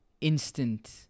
instant